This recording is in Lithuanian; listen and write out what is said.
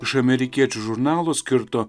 iš amerikiečių žurnalo skirto